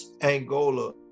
Angola